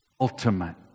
ultimate